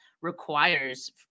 requires